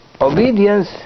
obedience